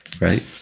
right